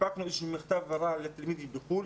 הנפקנו איזשהו מכתב הבהרה לתלמידים בחוץ לארץ,